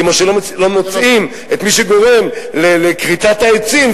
כמו שלא מוצאים את מי שגורם לכריתת העצים,